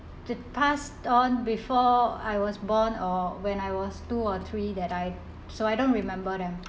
they passed on before I was born or when I was two or three that I so I don't remember them